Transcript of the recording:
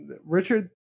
Richard